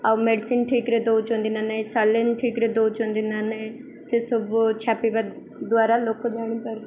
ଆଉ ମେଡ଼ିସିନ୍ ଠିକ୍ରେ ଦଉଛନ୍ତି ନା ନାଇଁ ସାଲେଇନ୍ ଠିକ୍ରେ ଦଉଛନ୍ତି ନା ନଁ ସେସବୁ ଛାପିବା ଦ୍ୱାରା ଲୋକ ଜାଣିପାରି